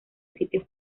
sitios